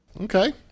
Okay